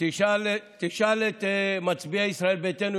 תשאל את מצביעי ישראל ביתנו,